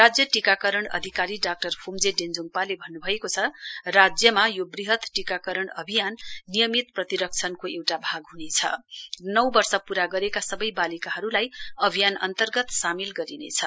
राज्य टीकाकरण अधिकारी डाक्टर फ्म्जे डेञ्जोङपाले भन्न्भएको छ राज्यमा यो वृहत टीकाकरण अभियान नियमित प्रतिरक्षणको एउटा भाग हनेछ र नौ वर्ष प्रा गरेका सबै बालिकाहरूलाई अभियान अन्तर्गत सामेल गरिनेछ